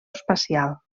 espacial